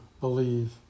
believe